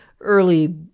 early